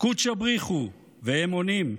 "קוּדְשָׁא בְּרִיךְ הוא", והם עונים: